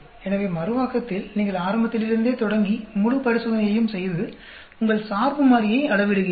எனவே மறுவாக்கத்தில் நீங்கள் ஆரம்பத்தில் இருந்தே தொடங்கி முழு பரிசோதனையையும் செய்து உங்கள் சார்பு மாறியை அளவிடுகிறீர்கள்